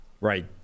right